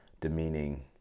demeaning